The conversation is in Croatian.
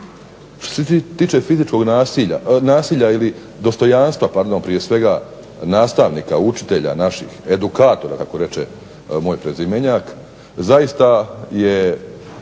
Što se tiče fizičkog nasilja ili dostojanstva, pardon prije svega nastavnika, učitelja naših, edukatora kako reče moj prezimenjak zaista je